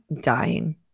Dying